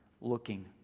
looking